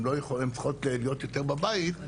הן צריכות להיות יותר בבית.